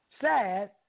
Sad